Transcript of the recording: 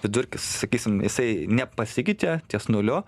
vidurkis sakysim jisai nepasikeičia ties nuliu